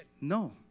no